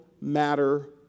matter